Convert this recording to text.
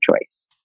choice